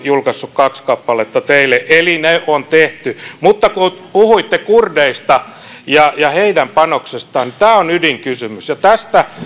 julkaissut kaksi kappaletta eli ne on tehty mutta puhuitte kurdeista ja ja heidän panoksestaan ja tämä on ydinkysymys tästä